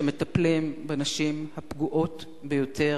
שמטפלים בנשים הפגועות ביותר,